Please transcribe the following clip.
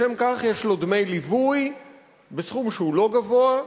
לשם כך יש לו דמי ליווי בסכום שהוא לא גבוה,